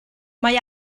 mae